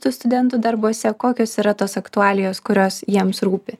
tų studentų darbuose kokios yra tos aktualijos kurios jiems rūpi